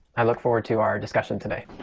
i look forward to our discussion today.